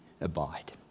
abide